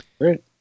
great